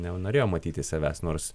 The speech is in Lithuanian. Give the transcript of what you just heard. nenorėjo matyti savęs nors